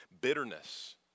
bitterness